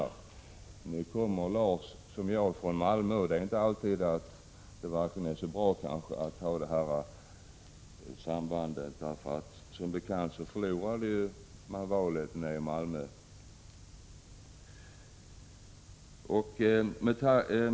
Lars-Erik Lövdén kommer liksom jag från Malmö, och det är kanske inte alltid så bra att ha ett sådant samband. Som bekant förlorade socialdemokraterna valet i Malmö.